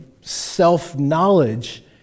self-knowledge